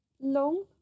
long